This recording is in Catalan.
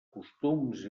costums